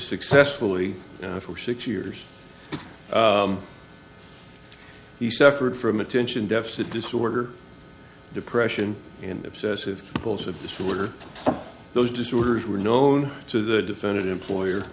successfully for six years he suffered from attention deficit disorder depression in obsessive compulsive disorder those disorders were known to the defendant employer